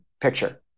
picture